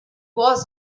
was